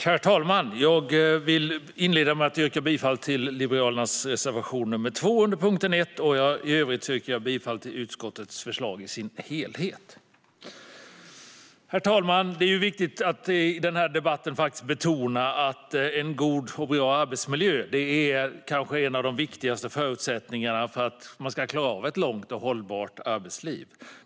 Herr talman! Jag vill inleda med att yrka bifall till Liberalernas reservation 2 under punkt 1. I övrigt yrkar jag bifall till utskottets förslag i dess helhet. Herr talman! Det är viktigt att i den här debatten betona att en god arbetsmiljö kanske är en av de viktigaste förutsättningarna för att man ska klara av ett långt och hållbart arbetsliv.